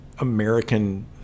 American